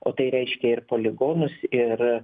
o tai reiškia ir poligonus ir